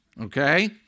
Okay